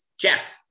Jeff